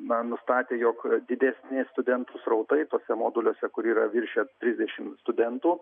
na nustatė jog didesni studentų srautai tuose moduliuose kur yra viršija trisdešimt studentų